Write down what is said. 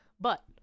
but-